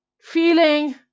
feeling